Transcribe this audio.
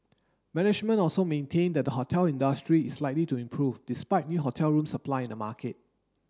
management also maintained that the hotel industry is likely to improve despite new hotel room supply in the market